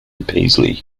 paisley